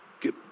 get